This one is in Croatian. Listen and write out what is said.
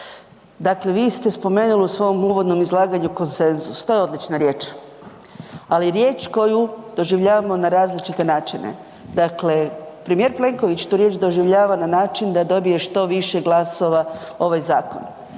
dakle vi ste spomenuli u svom uvodnom izlaganju konsenzus, to je odlična riječ, ali riječ koju doživljavamo na različite načine. Dakle, premijer Plenković tu riječ doživljava na način da dobije što više glasova ovaj zakon,